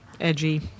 edgy